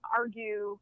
argue